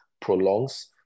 prolongs